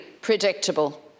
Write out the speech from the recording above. predictable